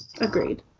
Agreed